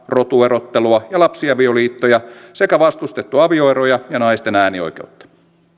rotuerottelua ja lapsiavioliittoja sekä vastustettu avioeroja ja naisten äänioikeutta